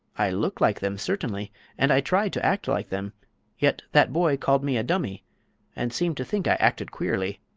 i look like them, certainly and i try to act like them yet that boy called me a dummy and seemed to think i acted queerly.